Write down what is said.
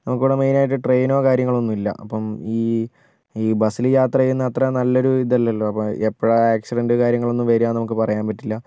നമുക്ക് ഇവിടെ മെയ്നായിട്ട് ട്രെയ്നോ കാര്യങ്ങളോ ഒന്നും ഇല്ല അപ്പം ഈ ഈ ബസ്സിൽ യാത്രചെയ്യുന്ന അത്ര നല്ലൊരു ഇതല്ലല്ലോ അപ്പോൾ എപ്പോഴാണോ ആക്സിഡൻറ്റ് കാര്യങ്ങളൊന്നും വരാന്ന് നമുക്ക് പറയാൻ പറ്റില്ല